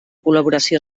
col·laboració